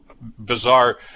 bizarre